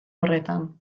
horretan